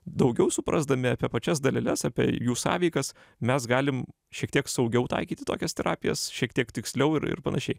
daugiau suprasdami apie pačias daleles apie jų sąveikas mes galim šiek tiek saugiau taikyti tokias terapijas šiek tiek tiksliau ir ir panašiai